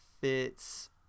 fits